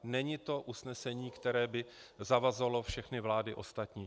Není to usnesení, které by zavazovalo všechny vlády ostatní.